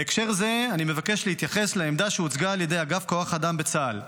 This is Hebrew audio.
בהקשר זה אני מבקש להתייחס לעמדה שהוצגה על ידי אגף כוח האדם בצה"ל,